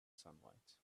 sunlight